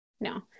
No